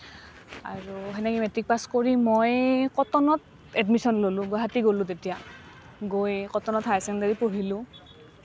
আৰু সেনেকৈ matric pass কৰি মই কটনত এডমিশ্যন ল'লোঁ গুৱাহাটী গ'লোঁ তেতিয়া গৈ কটনত হায়াৰ ছেকেণ্ডেৰী পঢ়িলোঁ